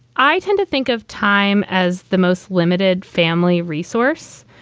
i tend to think of time as the most limited family resource,